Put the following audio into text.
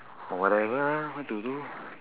whatever lah what to do